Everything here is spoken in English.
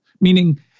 Meaning